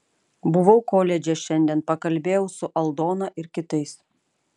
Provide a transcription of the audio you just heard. buvau koledže šiandien pakalbėjau su aldona ir kitais